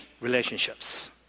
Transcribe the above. relationships